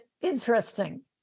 interesting